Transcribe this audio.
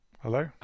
Hello